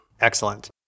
Excellent